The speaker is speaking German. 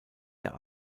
der